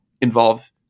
involve